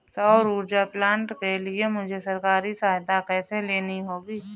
सौर ऊर्जा प्लांट के लिए मुझे सरकारी सहायता कैसे लेनी होगी?